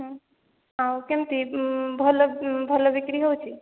ହଁ ଆଉ କେମିତି ଭଲ ଭଲ ବିକ୍ରି ହେଉଛି